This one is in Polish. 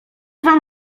wam